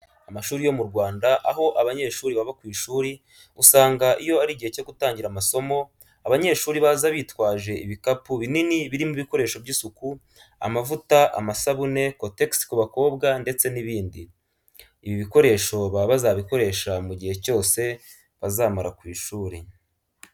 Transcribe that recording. Amashuri yo mu Rwanda aho abanyeshuri baba ku ishuri, usanga iyo ari igihe cyo gutangira amasomo, abanyeshuri baza bitwaje ibikapu binini birimo ibikoresho by'isuku, amavuta, amasabune, kotegisi ku bakobwa, ndetse n'ibindi. Ibi bikoresho baba bazabikoresha mu gihe cyose bazamara ku ishuri.